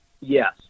Yes